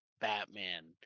Batman